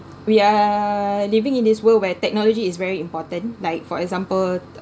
we are living in this world where technology is very important like for example